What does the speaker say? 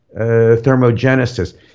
thermogenesis